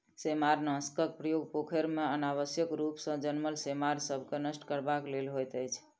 सेमारनाशकक प्रयोग पोखैर मे अनावश्यक रूप सॅ जनमल सेमार सभ के नष्ट करबाक लेल होइत अछि